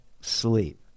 sleep